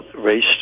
race